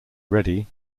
ready